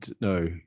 no